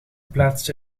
plaatste